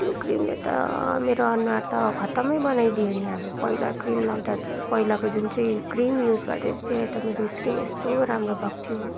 त्यो क्रिमले त मेरो अनुहार त खत्तम बनाइदियो नि अब पहिला क्रिम लगाउँदा त पहिलाको जुन चाहिँ क्रिम युज गर्दै थिएँ त्यसले त मेरो स्किन यस्तो राम्रो भएको थियो